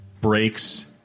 breaks